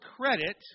credit